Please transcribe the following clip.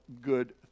good